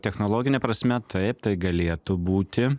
technologine prasme taip tai galėtų būti